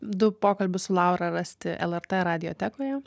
du pokalbius su laura rasti lrt radiotekoje